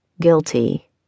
Guilty